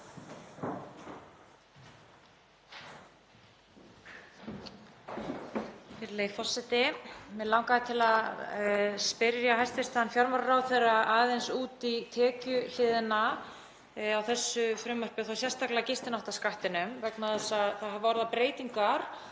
Mig langaði til að spyrja hæstv. fjármálaráðherra aðeins út í tekjuhliðina á þessu frumvarpi og þá sérstaklega gistináttaskattinn vegna þess að það hafa orðið breytingar